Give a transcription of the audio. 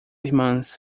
irmãs